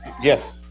Yes